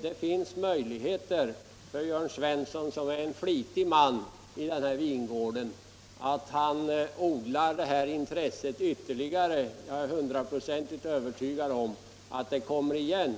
Det finns möjligheter för Jörn Svensson, som är en flitig man i den här vingården, att odla det här intresset ytterligare. Jag är hundraprocentigt övertygad om att frågan kommer upp igen.